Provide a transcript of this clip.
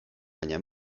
baina